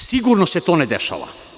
Sigurno se to ne dešava.